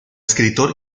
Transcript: escritor